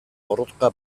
borroka